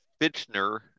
Fitchner